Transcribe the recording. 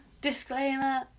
Disclaimer